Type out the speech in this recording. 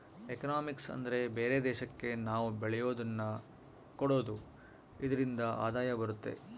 economics ಅಂದ್ರೆ ಬೇರೆ ದೇಶಕ್ಕೆ ನಾವ್ ಬೆಳೆಯೋದನ್ನ ಕೊಡೋದು ಇದ್ರಿಂದ ಆದಾಯ ಬರುತ್ತೆ